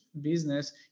business